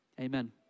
Amen